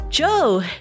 Joe